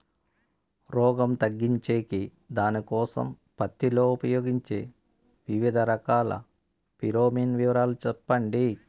రోగం తగ్గించేకి దానికోసం పత్తి లో ఉపయోగించే వివిధ రకాల ఫిరోమిన్ వివరాలు సెప్పండి